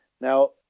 Now